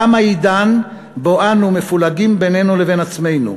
תם העידן שבו אנו מפולגים בינינו לבין עצמנו,